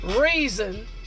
reason